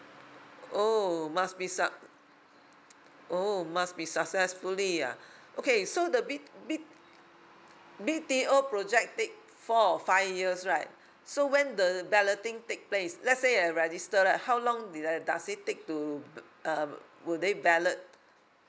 oh must be suc~ oh must be successfully ah okay so the B B B T O project take four or five years right so when the balloting take place let's say I register right how long did I does it take to um would they ballot